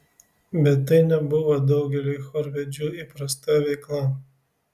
bet tai nebuvo daugeliui chorvedžių įprasta veikla